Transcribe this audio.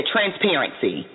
Transparency